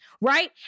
Right